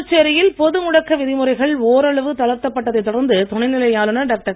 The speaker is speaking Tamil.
புதுச்சேரியில் பொது முடக்க விதிமுறைகள் ஒரளவு தளர்த்தப் பட்டதைத் தொடர்ந்து துணைநிலை ஆளுனர் டாக்டர்